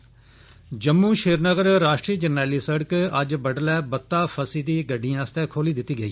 जम्मू श्रीनगर राष्ट्री जरनैली सड़क अज्ज बड़डलै बत्तै फसी दी गडियें आस्तै खोली दिती गेई